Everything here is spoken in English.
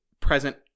present